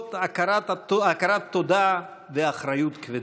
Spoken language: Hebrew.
בתחושות הכרת תודה ואחריות כבדה.